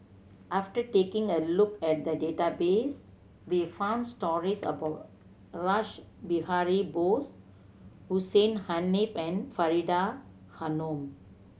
after taking a look at the database we found stories about Rash Behari Bose Hussein Haniff and Faridah Hanum